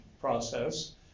process